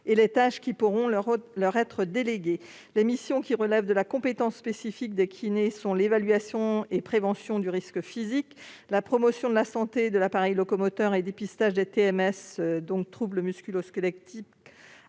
et les tâches qui pourront leur être déléguées. Les missions qui relèvent de la compétence spécifique du kinésithérapeute sont : l'évaluation et la prévention du risque physique ; la promotion de la santé de l'appareil locomoteur et le dépistage des troubles musculo-squelettiques